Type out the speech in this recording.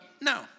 no